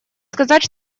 сказать